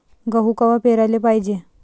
गहू कवा पेराले पायजे?